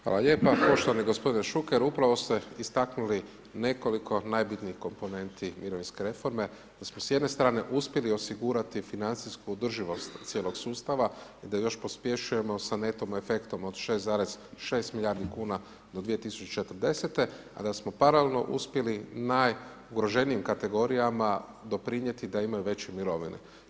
Hvala lijepa, poštovani gospodine Šuker upravo ste istaknuli nekoliko najbitnijih komponenti mirovinske reforme da smo s jedne strane uspjeli osigurati financijsku održivost cijelog sustava i da ju još pospješujemo sa neto efektom od 6,6 milijardi kuna do 2040., a da smo paralelno uspjeli najugroženijim kategorijama doprinijeti da imaju veće mirovine.